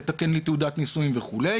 לתקן להם תעודת נישואים וכו',